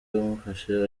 yamufashe